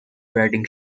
writing